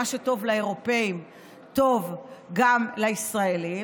מה שטוב לאירופים טוב גם לישראלים,